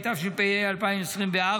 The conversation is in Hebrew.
התשפ"ה 2024,